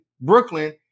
Brooklyn